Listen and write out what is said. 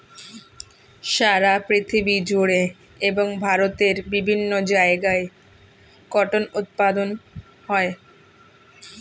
সারা পৃথিবী জুড়ে এবং ভারতের বিভিন্ন জায়গায় কটন উৎপাদন হয়